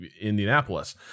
Indianapolis